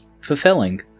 fulfilling